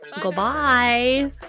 Goodbye